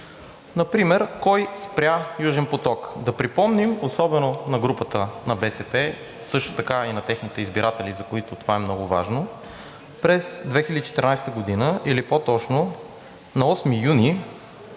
например: кой спря Южен поток? Да припомним, особено на групата на БСП, също и на техните избиратели, за които това е много важно, през 2014 г., или по-точно на 8 юни,